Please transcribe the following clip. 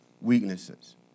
weaknesses